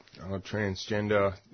transgender